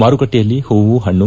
ಮಾರುಕಟ್ಟೆಯಲ್ಲಿ ಹೂವು ಪಣ್ಣು